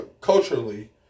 culturally